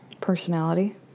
personality